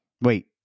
Wait